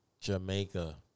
Jamaica